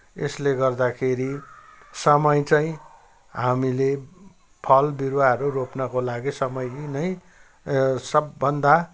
यसले गर्दाखेरि समय चाहिँ हामीले फल बिरुवाहरू रोप्नको लागि समय नै सबभन्दा